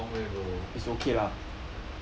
bro damn long way bro